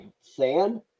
sand